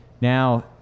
Now